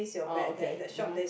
orh okay mmhmm